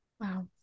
Wow